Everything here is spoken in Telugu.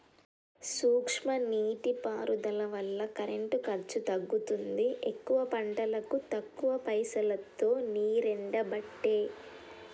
సూక్ష్మ నీటి పారుదల వల్ల కరెంటు ఖర్చు తగ్గుతుంది ఎక్కువ పంటలకు తక్కువ పైసలోతో నీరెండబట్టే